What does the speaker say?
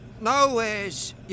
Nowheres